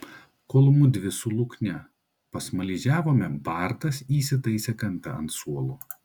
kol mudvi su lukne pasmaližiavome bartas įsitaisė kampe ant suolo